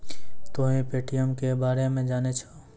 तोंय पे.टी.एम के बारे मे जाने छौं?